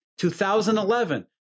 2011